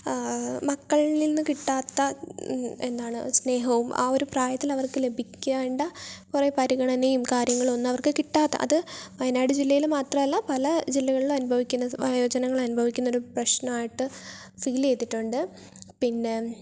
മക്കളിൽ നിന്ന് കിട്ടാത്ത എന്താണ് സ്നേഹവും ആ ഒരു പ്രായത്തിൽ അവർക്ക് ലഭിക്കേണ്ട കുറെ പരിഗണനയും കാര്യങ്ങളും ഒന്നും അവർക്ക് കിട്ടാത്ത അത് വയനാട് ജില്ലയില് മാത്രല്ല പല ജില്ലകളിലും അനുഭവിക്കുന്ന വയോജനങ്ങൾ അനുഭവിക്കുന്ന ഒരു പ്രശ്നമായിട്ട് ഫീല് ചെയ്തിട്ടുണ്ട് പിന്നെ